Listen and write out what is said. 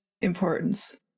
importance